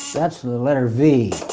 that's the letter v.